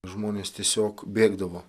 žmonės tiesiog bėgdavo